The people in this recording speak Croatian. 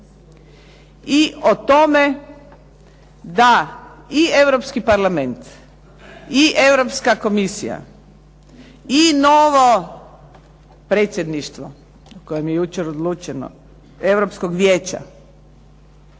i o tome da i Europski Parlament, i Europska Komisija, i novo predsjedništvo o kojem je jučer odlučeno, Europskog Vijeća,